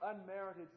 unmerited